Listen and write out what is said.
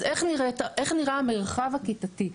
אז איך נראה המרחב הכיתתי?